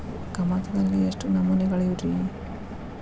ಕಮತದಲ್ಲಿ ಎಷ್ಟು ನಮೂನೆಗಳಿವೆ ರಿ?